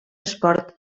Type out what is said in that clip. esport